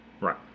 Right